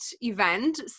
event